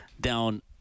down